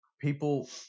People